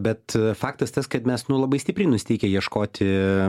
bet faktas tas kad mes nu labai stipriai nusiteikę ieškoti